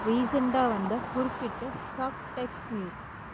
ரீசண்ட்டாக வந்த குறிப்பிட்ட சாஃப்டெக்ஸ்ட் நியூஸ்